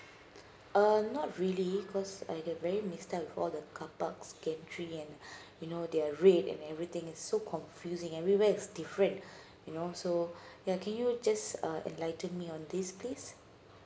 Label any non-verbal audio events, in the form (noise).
uh not really cause I get very for the car parks and you know they're red and everything is so confusing everywhere it's different (breath) you know so (breath) yeah can you just uh enlighten me on this please